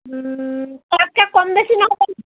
তাতকৈ কম বেছি নহ'ব নেকি